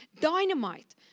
Dynamite